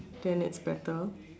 then is better